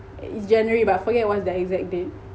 it's january but I forget what's the exact date